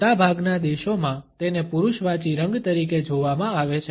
મોટાભાગના દેશોમાં તેને પુરૂષવાચી રંગ તરીકે જોવામાં આવે છે